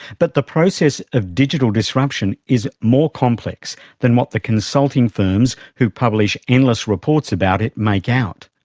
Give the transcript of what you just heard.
but the process of digital disruption is more complex than what the consulting firms who publish endless reports about it make out.